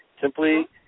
simply